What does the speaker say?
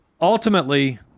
Ultimately